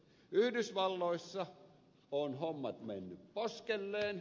yhdysvalloissa ovat hommat menneet poskelleen